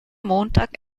montag